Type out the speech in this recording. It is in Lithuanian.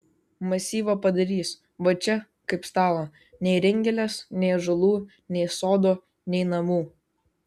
masyvą padarys va čia kaip stalą nei ringelės nei ąžuolų nei sodo nei namų